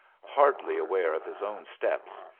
hardly aware of his own steps,